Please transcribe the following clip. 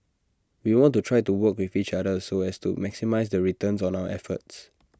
we want to try to work with each other so as to maximise the returns on our efforts